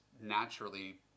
naturally